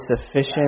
sufficient